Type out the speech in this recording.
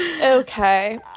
Okay